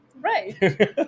right